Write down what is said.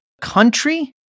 country